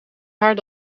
haar